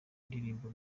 ndirimbo